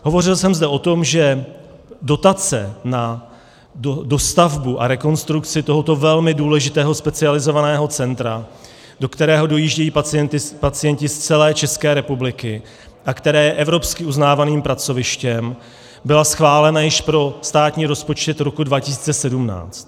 Hovořil jsem zde o tom, že dotace na dostavbu a rekonstrukci tohoto velmi důležitého specializovaného centra, do kterého dojíždějí pacienti z celé České republiky a které je evropsky uznávaným pracovištěm, byla schválena již pro státní rozpočet roku 2017.